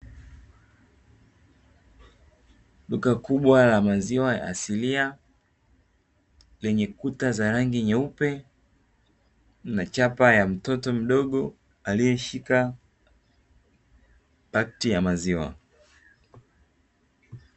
Duka kubwa la maziwa ya asilia, lenye kuta za rangi nyeupe na chapa ya mtoto mdogo aliyeshika pakiti ya maziwa.